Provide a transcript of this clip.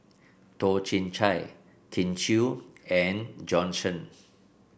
Toh Chin Chye Kin Chui and Bjorn Shen